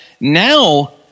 Now